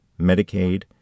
Medicaid